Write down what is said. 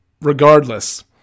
Regardless